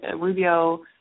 Rubio